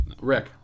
Rick